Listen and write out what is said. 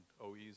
OES